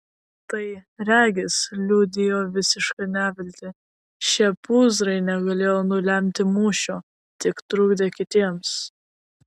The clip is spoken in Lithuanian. tai regis liudijo visišką neviltį šie pūzrai negalėjo nulemti mūšio tik trukdė kitiems